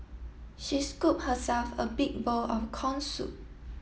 she scooped herself a big bowl of corn soup